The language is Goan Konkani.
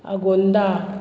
आगोंदा